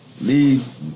Leave